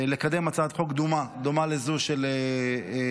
לקדם הצעת חוק דומה לזו של הפרהוד,